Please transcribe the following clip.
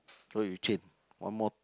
what you change one more